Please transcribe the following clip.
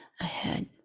ahead